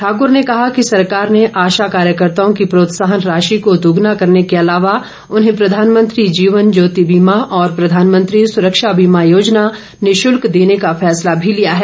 ठाक्र ने कहा कि सरकार ने आशा कार्यकर्ताओं की प्रोत्साहन राशि को दोगुना करने के अलावा उन्हें प्रधानमंत्री जीवन ज्योति बीमा और प्रधानमंत्री सुरक्षा बीमा योजना निशुल्क देने का फैसला भी लिया है